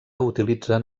utilitzen